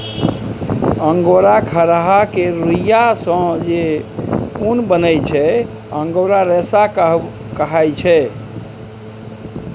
angora खरहा केर रुइयाँ सँ जे उन बनै छै अंगोरा रेशा कहाइ छै